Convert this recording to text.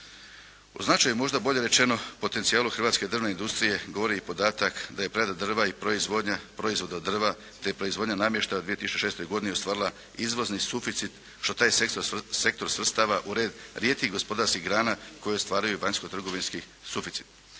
O značaju možda bolje rečeno potencijalu hrvatske drvne industrije govori i podatak da je prerada drva i proizvodnja proizvoda od drva te proizvodnja namještaja u 2006. godini ostvarila izvozni suficit što taj sektor svrstava u red rijetkih gospodarskih grana koje ostvaruju vanjskotrgovinski suficit.